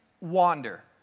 wander